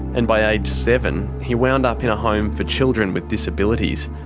and by age seven he wound up in a home for children with disabilities.